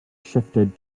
shifted